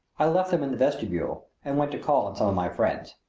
i left them in the vestibule and went to call on some of my friends.